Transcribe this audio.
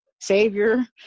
savior